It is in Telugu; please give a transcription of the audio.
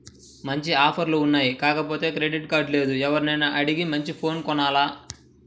మంచి ఆఫర్లు ఉన్నాయి కాకపోతే క్రెడిట్ కార్డు లేదు, ఎవర్నైనా అడిగి మంచి ఫోను కొనాల